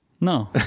No